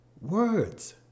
words